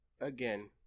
again